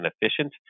efficient